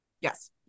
Yes